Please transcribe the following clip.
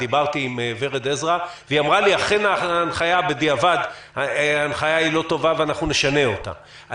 עם ורד עזרא והיא אמרה לי: בדיעבד אכן ההנחיה לא טובה ואנחנו נשנה אותה.